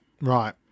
Right